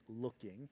looking